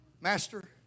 Master